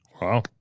Wow